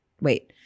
wait